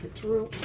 through.